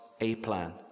A-plan